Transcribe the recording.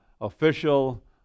official